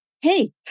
hey